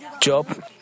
Job